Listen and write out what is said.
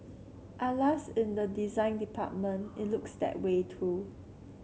alas in the design department it looks that way too